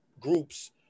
groups